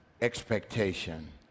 expectation